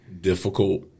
difficult